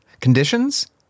conditions